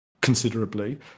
considerably